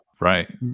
Right